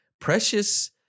precious